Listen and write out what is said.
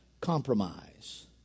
compromise